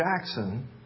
Jackson